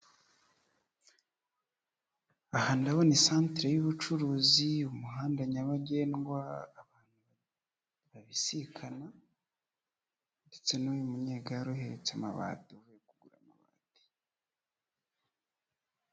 Aha ndabona centre y'ubucuruzi, umuhanda nyabagendwa, abantu babisikana ndetse n'uyu munyegare uhetse amabati, uvuye kugura amabati.